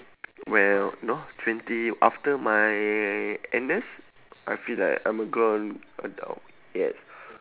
well y~ know twenty after my N_S I feel like I'm a grown adult yes